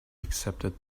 accepted